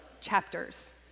chapters